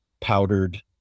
powdered